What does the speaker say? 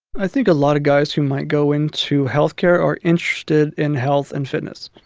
i think a lot of guys who might go into health care are interested in health and fitness.